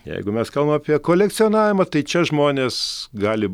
jeigu mes kalbame apie kolekcionavimą tai čia žmonės gali